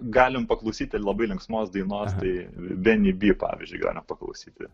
galim paklausyti labai linksmos dainos tai benio by pavyzdžiui galim paklausyti